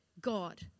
God